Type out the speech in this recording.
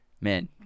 Man